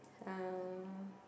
uh